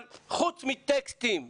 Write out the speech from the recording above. אבל חוץ מטקסטים ומונחים,